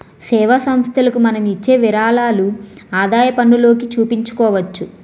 సేవా సంస్థలకు మనం ఇచ్చే విరాళాలు ఆదాయపన్నులోకి చూపించుకోవచ్చు